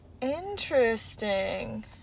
Interesting